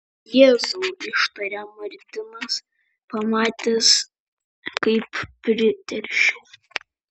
jėzau ištarė martinas pamatęs kaip priteršiau